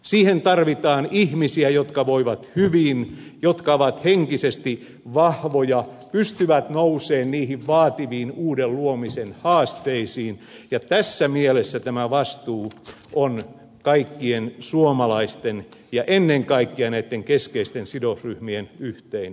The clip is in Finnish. siihen tarvitaan ihmisiä jotka voivat hyvin jotka ovat henkisesti vahvoja pystyvät nousemaan niihin vaativiin uuden luomisen haasteisiin ja tässä mielessä tämä vastuu on kaikkien suomalaisten ja ennen kaikkea keskeisten sidosryhmien yhteinen